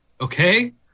Okay